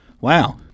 Wow